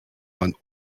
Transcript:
man